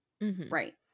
Right